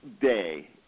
day